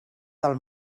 del